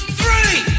three